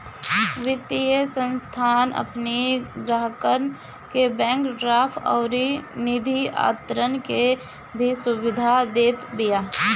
वित्तीय संस्थान अपनी ग्राहकन के बैंक ड्राफ्ट अउरी निधि अंतरण के भी सुविधा देत बिया